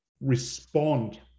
respond